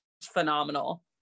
phenomenal